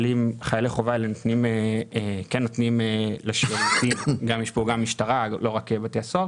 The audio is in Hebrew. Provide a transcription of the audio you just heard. חיילי החובה האלה נמצאים גם משטרה ולא רק בשירות בתי הסוהר